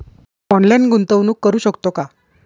Online गुंतवणूक करू शकतो का?